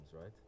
right